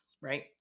right